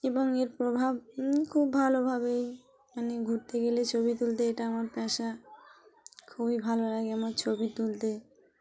এবং এর প্রভাব খুব ভালোভাবেই মানে ঘুরতে গেলে ছবি তুলতে এটা আমার পেশা খুবই ভালো লাগে আমার ছবি তুলতে